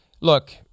Look